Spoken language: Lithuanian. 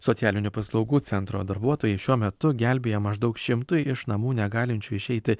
socialinių paslaugų centro darbuotojai šiuo metu gelbėja maždaug šimtui iš namų negalinčių išeiti